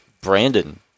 Brandon